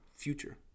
Future